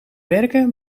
werken